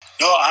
No